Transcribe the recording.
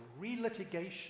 relitigation